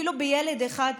אפילו בילד אחד,